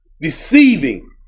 Deceiving